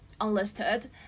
unlisted